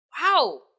wow